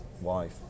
wife